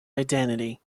identity